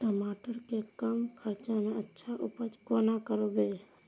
टमाटर के कम खर्चा में अच्छा उपज कोना करबे?